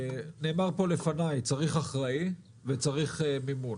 נאמר פה לפניי, צריך אחראי וצריך מימון.